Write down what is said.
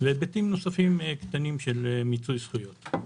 והיבטים נוספים קטנים של מיצוי זכויות.